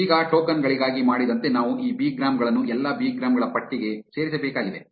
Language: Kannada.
ಈಗ ಟೋಕನ್ ಗಳಿಗಾಗಿ ಮಾಡಿದಂತೆ ನಾವು ಈ ಬಿಗ್ರಾಮ್ ಗಳನ್ನು ಎಲ್ಲಾ ಬಿಗ್ರಾಮ್ ಗಳ ಪಟ್ಟಿಗೆ ಸೇರಿಸಬೇಕಾಗಿದೆ